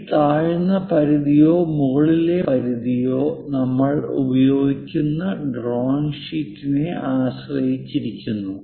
ഈ താഴ്ന്ന പരിധിയോ മുകളിലെ പരിധിയോ നമ്മൾ ഉപയോഗിക്കുന്ന ഡ്രോയിംഗ് ഷീറ്റിനെ ആശ്രയിച്ചിരിക്കുന്നു